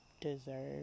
deserve